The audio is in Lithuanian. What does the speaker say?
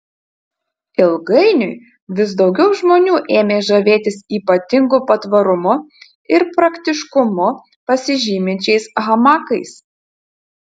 ilgainiui vis daugiau žmonių ėmė žavėtis ypatingu patvarumu ir praktiškumu pasižyminčiais hamakais